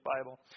Bible